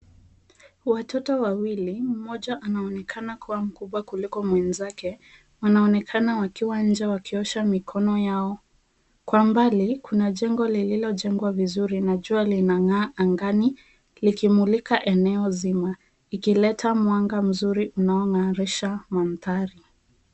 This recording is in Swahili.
Watoto wawili, mmoja anaonekana kuwa mkubwa kuliko mwenzake wanaonekana wakiwa nje wakiosha mikono yao. Kwa mbali kuna jengo lililojengwa vizuri na jua linang'aa angani likimulika eneo zima ikileta mwanga mzuri unaong'arisha mandhari.